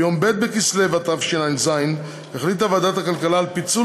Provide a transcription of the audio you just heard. ביום ב' בכסלו התשע"ז החליטה ועדת הכלכלה על פיצול